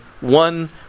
one